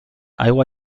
aigua